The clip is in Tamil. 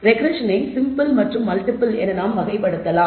ரெக்ரெஸ்ஸனை சிம்பிள் மற்றும் மல்டிபிள் என நாம் வகைப்படுத்தலாம்